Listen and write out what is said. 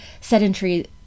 sedentary